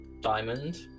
diamond